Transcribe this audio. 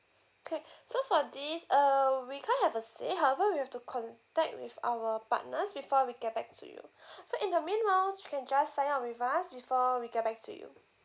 okay so for this uh we can't have a say however we've to contact with our partners before we get back to you so in the meanwhile you can just sign up with us before we get back to you